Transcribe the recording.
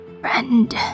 friend